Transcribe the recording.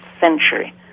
century